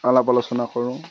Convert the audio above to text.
আলাপ আলোচনা কৰোঁ